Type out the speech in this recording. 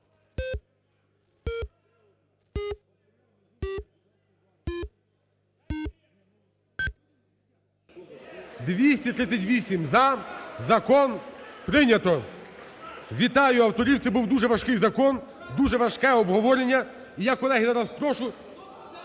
За-238 Закон прийнято. Вітаю авторів це був дуже важкий закон, дуже важке обговорення і я колеги вам зараз прошу,